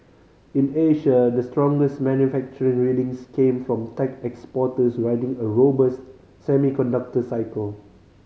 in Asia the strongest manufacturing readings came from tech exporters riding a robust semiconductor cycle